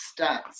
stats